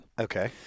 Okay